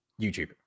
YouTube